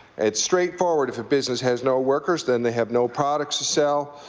it's straightforward, if a business has no workers, then they have no products to sell,